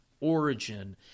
origin